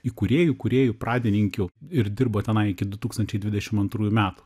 įkūrėjų kūrėjų pradininkių ir dirbo tenai iki du tūkstančiai dvidešimt antrųjų metų